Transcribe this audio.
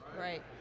Right